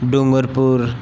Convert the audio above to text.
Dungarpur